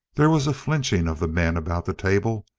there was a flinching of the men about the table.